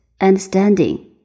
understanding